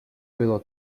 bylo